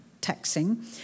taxing